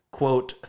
quote